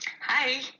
hi